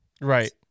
Right